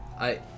I-